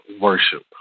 worship